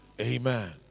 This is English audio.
Amen